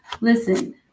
listen